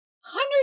hundred